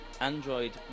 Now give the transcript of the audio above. Android